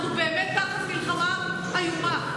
אנחנו באמת תחת מלחמה איומה.